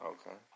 Okay